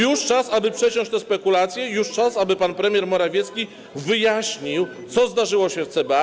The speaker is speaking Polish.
Już czas, aby przeciąć te spekulacje, aby pan premier Morawiecki wyjaśnił, co zdarzyło się w CBA.